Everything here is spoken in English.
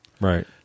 Right